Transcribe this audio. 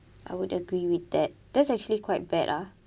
I would agree with that that's actually quite bad ah